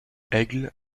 aigle